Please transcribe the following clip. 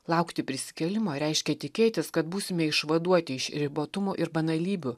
laukti prisikėlimo reiškia tikėtis kad būsime išvaduoti iš ribotumo ir banalybių